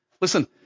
listen